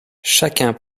chacun